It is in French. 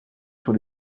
sur